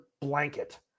blanket